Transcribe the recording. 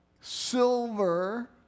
silver